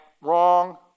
Wrong